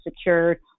secured